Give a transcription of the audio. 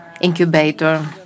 Incubator